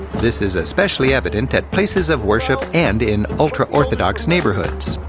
this is especially evident at places of worship and in ultra-orthodox neighborhoods.